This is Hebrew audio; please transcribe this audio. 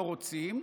אנחנו לא רוצים,